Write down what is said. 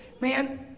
man